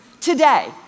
today